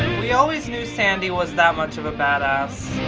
we always knew sandy was that much of a bad ass.